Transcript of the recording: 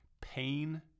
Pain